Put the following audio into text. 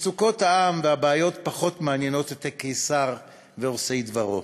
מצוקות העם והבעיות פחות מעניינות את הקיסר ועושי דברו.